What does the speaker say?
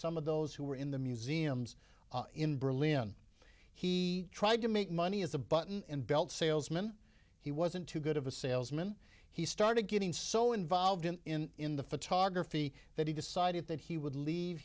some of those who were in the museums in berlin he tried to make money as a button and belt salesman he wasn't too good of a salesman he started getting so involved in in the photography that he decided that he would leave